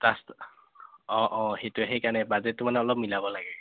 বাজেটটো অঁ অঁ সেইটোৱে সেইকাৰণে বাজেটটো মানে অলপ মিলাব লাগে